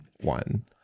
one